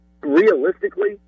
Realistically